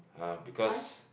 uh because